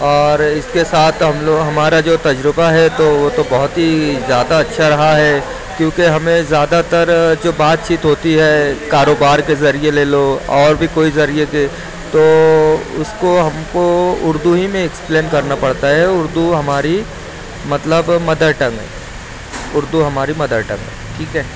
اور اس کے ساتھ ہم لوگ ہمارا جو تجربہ ہے تو وہ تو بہت ہی زیادہ اچھا رہا ہے کیوں کہ ہمیں زیادہ تر جو بات چیت ہوتی ہے کاروبار کے ذریعہ لے لو اور بھی کوئی ذریعہ کے تو اس کو ہم کو اردو ہی میں ایکسپلین کرنا پڑتا ہے اردو ہماری مطلب مدر ٹنگ ہے اردو ہماری مدر ٹنگ ہے ٹھیک ہے